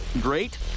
great